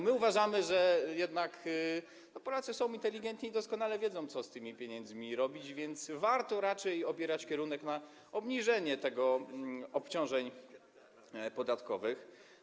My uważamy, że jednak Polacy są inteligentni i doskonale wiedzą, co z tymi pieniędzmi robić, więc warto raczej obierać kierunek na obniżenie obciążeń podatkowych.